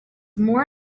more